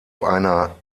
einer